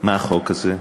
מה החוק הזה,